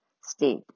state